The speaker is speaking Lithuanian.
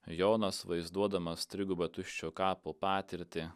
jonas vaizduodamas trigubą tuščio kapo patirtį